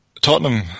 Tottenham